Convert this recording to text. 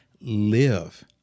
live